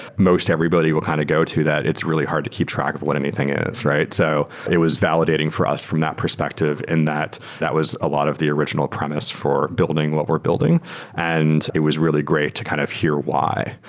most everybody will kind of go to that it's really hard to keep track of what anything is, right? so it was validating for us from that perspective, and that that was a lot of the original premise for building what we're building and it was really great to kind of hear why,